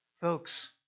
Folks